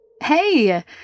Hey